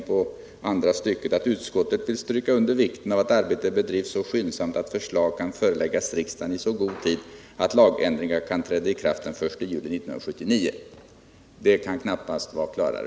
På s. 6 sägs vidare: ”Utskottet vill stryka under vikten av att arbetet bedrivs så skyndsamt att förslag kan föreläggas riksdagen i så god tid att lagändringar kan träda i kraft den 1 juli 1979.” Utskottets ställningstagande kan knappast redovisas klarare.